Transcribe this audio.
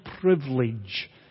privilege